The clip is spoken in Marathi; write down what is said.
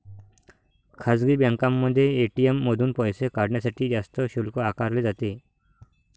खासगी बँकांमध्ये ए.टी.एम मधून पैसे काढण्यासाठी जास्त शुल्क आकारले जाते